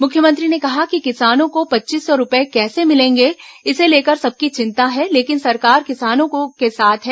मुख्यमंत्री ने कहा कि किसानों को पच्चीस सौ रूपये कैसे मिलेंगे इसे लेकर सबकी चिंता है लेकिन सरकार किसानों के साथ है